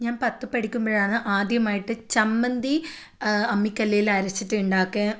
ഞാൻ പത്തിൽ പഠിക്കുമ്പോഴാണ് ആദ്യമായിട്ട് ചമ്മന്തി അമ്മിക്കല്ലിൽ അരച്ചിട്ടുണ്ടാക്കിയത്